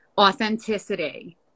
authenticity